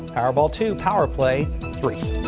powerball two power play three.